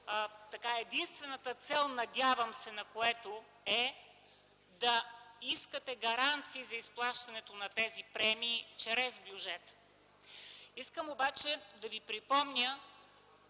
единствената цел, надявам се, на което е да искате гаранции за изплащането на тези премии чрез бюджета. Искам обаче да Ви припомня